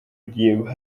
gihe